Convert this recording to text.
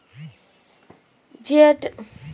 যেই টাকা কোনো মানুষ দান করে সেটাকে ডোনেশন বলা হয়